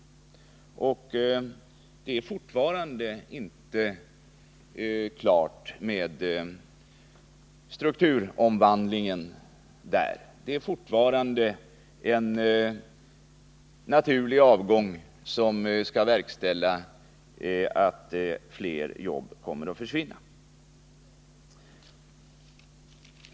Strukturomvandlingen vid verket är ännu inte helt genomförd. Fortfarande återstår slutförandet av en naturlig avgång varigenom fler jobb kommer att försvinna.